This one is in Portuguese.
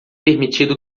permitido